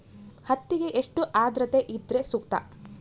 ಹತ್ತಿಗೆ ಎಷ್ಟು ಆದ್ರತೆ ಇದ್ರೆ ಸೂಕ್ತ?